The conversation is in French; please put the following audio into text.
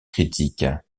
critiques